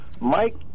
Mike